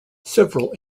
several